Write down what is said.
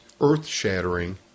earth-shattering